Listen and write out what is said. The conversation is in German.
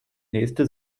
nächste